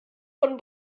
von